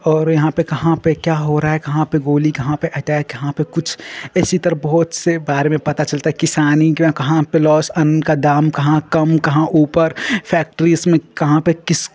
और यहाँ पर कहाँ पर क्या हो रहा है कहाँ पर गोली कहाँ पर अटैक कहाँ पर कुछ ऐसी तरह बहुत सी बारे में पता चलता है किसानी का कहाँ पर लॉस अन्न का दाम कहाँ कम कहाँ ऊपर फ़ैक्टरीज़ में कहाँ पर किस